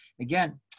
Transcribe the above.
Again